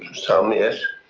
some, yes.